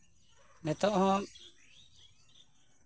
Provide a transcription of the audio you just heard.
ᱱᱤᱛᱳᱜ ᱦᱚᱸ